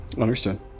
Understood